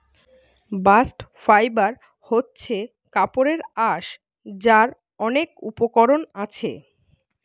bast fibre হচ্ছে কাপড়ের আঁশ যার অনেক উপকরণ আছে